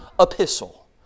epistle